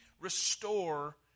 restore